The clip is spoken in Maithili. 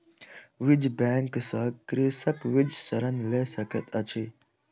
बीज बैंक सॅ कृषक बीज ऋण लय सकैत अछि